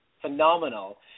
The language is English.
phenomenal